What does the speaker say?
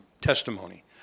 testimony